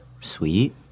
sweet